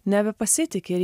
nebepasitiki ir